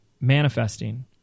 manifesting